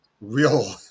real